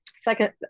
Second